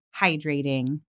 hydrating